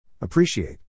Appreciate